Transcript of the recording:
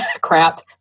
Crap